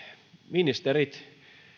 ministerit